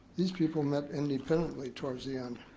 these people met independently towards the end.